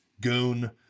goon